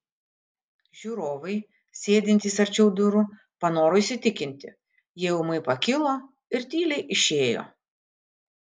žiūrovai sėdintys arčiau durų panoro įsitikinti jie ūmai pakilo ir tyliai išėjo